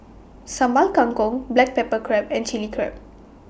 Sambal Kangkong Black Pepper Crab and Chilli Crab